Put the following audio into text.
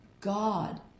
God